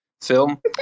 film